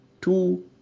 Two